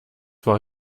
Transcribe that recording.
war